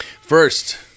first